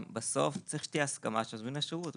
בסוף צריך שתהיה הסכמה של מזמין השירות.